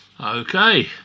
Okay